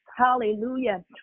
Hallelujah